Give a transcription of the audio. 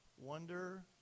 wonder